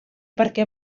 perquè